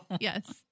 yes